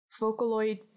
vocaloid